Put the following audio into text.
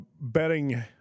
betting